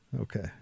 Okay